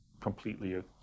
completely